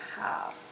half